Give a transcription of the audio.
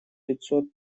пятьсот